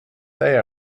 they